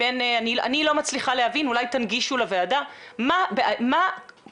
אני לא מצליחה להבין ואולי תנגישו לוועדה מה מקשה